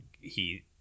he-